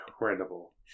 incredible